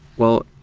well,